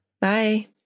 Bye